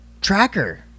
tracker